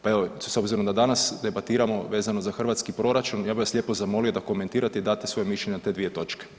Pa evo, s obzirom da danas debatiramo vezano za hrvatski proračun, ja bih vas lijepo zamolio da komentirate i date svoje mišljenje o te dvije točke.